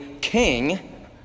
king